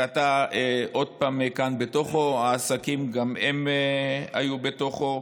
ואתה עוד פעם כאן, בתוכו, העסקים גם הם היו בתוכו.